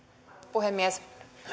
puhemies